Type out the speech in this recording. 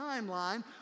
timeline